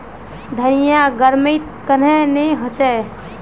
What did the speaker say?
धनिया गर्मित कन्हे ने होचे?